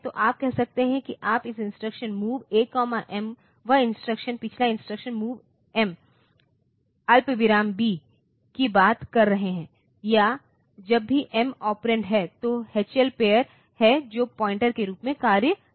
तो आप कह सकते हैं कि आप एक इंस्ट्रक्शन MOV A M वह इंस्ट्रक्शन पिछला इंस्ट्रक्शन हम MOV M अल्पविराम B की बात कर रहे हैं या जब भी M ऑपरेंड है तो यह H L पेअर है जो पॉइंटर के रूप में कार्य करता है